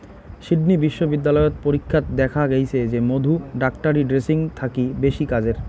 Sydney বিশ্ববিদ্যালয়ত পরীক্ষাত দ্যাখ্যা গেইচে যে মধু ডাক্তারী ড্রেসিং থাকি বেশি কাজের